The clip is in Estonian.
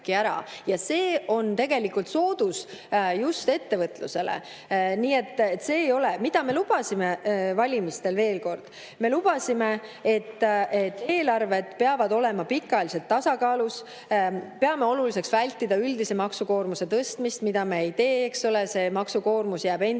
ära. See on tegelikult soodus just ettevõtlusele. Mida me lubasime valimistel? Veel kord, me lubasime, et eelarved peavad olema pikaajaliselt tasakaalus. Peame oluliseks vältida üldise maksukoormuse tõstmist ja seda me ei teegi, eks ole. Maksukoormus jääb endiselt